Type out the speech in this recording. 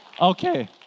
Okay